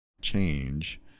change